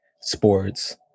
sports